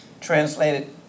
translated